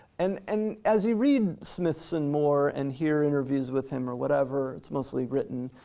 and and as we read smithson more and hear interviews with him or whatever, it's mostly written,